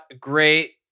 great